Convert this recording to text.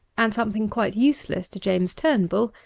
and something quite useless to' james turnbull,